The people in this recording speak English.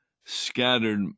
scattered